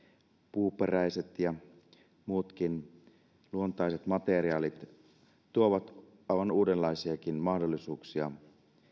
puuperäiset ja muutkin luontaiset materiaalit tuovat aivan uudenlaisiakin mahdollisuuksia